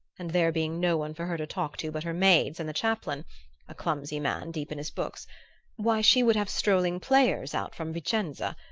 and there being no one for her to talk to but her maids and the chaplain a clumsy man deep in his books why, she would have strolling players out from vicenza,